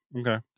Okay